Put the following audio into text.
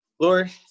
Lord